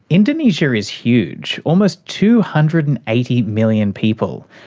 indonesia is huge, almost two hundred and eighty million people,